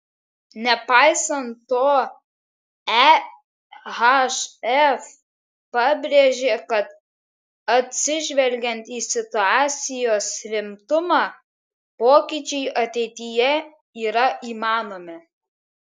nepaisant to ehf pabrėžė kad atsižvelgiant į situacijos rimtumą pokyčiai ateityje yra įmanomi